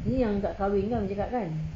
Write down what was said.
ini yang tak kahwin kan baby cakap kan